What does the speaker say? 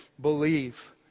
believe